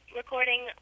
recording